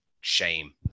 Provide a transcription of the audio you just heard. shame